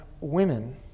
women